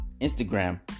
Instagram